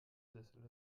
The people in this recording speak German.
sessel